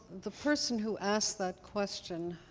the person who asked that question,